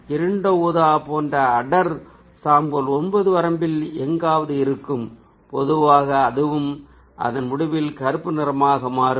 இருண்ட ஊதா போன்ற அடர் சாம்பல் 9 வரம்பில் எங்காவது இருக்கும் மெதுவாக அதுவும் அதன் முடிவில் கருப்பு நிறமாக மாறும்